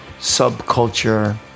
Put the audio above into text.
subculture